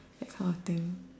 that kind of thing